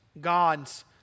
gods